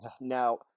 Now